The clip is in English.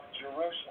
Jerusalem